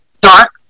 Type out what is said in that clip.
dark